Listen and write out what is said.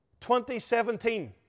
2017